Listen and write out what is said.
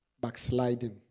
backsliding